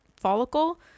follicle